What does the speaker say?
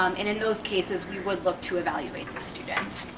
um and in those cases, we would love to evaluate the student.